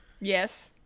Yes